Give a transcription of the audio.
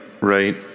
Right